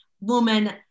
woman